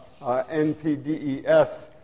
NPDES